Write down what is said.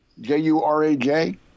j-u-r-a-j